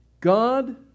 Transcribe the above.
God